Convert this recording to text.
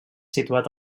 situat